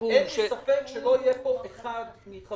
אין לי ספק שכל חברי הוועדה יסכימו להצעה הזאת.